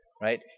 Right